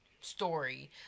story